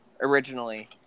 originally